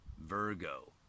Virgo